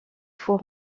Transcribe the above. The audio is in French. faut